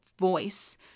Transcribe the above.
voice